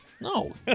No